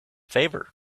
favor